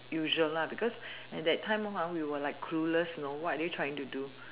usual lah because at that time ha we were like clueless you know what are you trying to do